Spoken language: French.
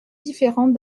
différentes